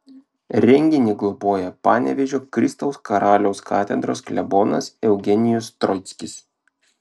renginį globoja panevėžio kristaus karaliaus katedros klebonas eugenijus troickis